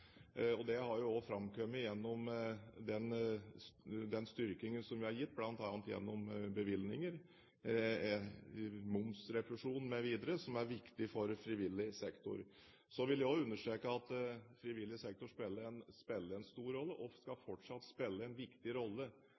Det har jo også framkommet gjennom den styrkingen som vi har gitt, bl.a. gjennom bevilgninger, momsrefusjon mv., som er viktig for frivillig sektor. Så vil jeg også understreke at frivillig sektor spiller en stor rolle, og skal fortsatt spille en viktig rolle